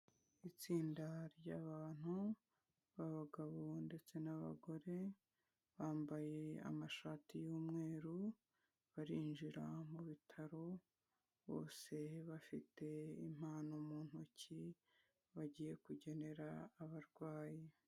Itsinda ry'abantu b'abagabo ndetse n'abagore, bambaye amashati y'umweru barinjira mu bitaro bose bafite impano mu ntoki, bagiye kugenera abarwayi.